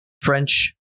French